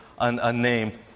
unnamed